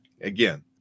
Again